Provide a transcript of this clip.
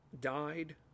died